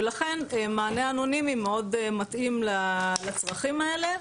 ולכן מענה אנונימי מאוד מתאים לצרכים האלה.